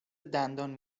دندان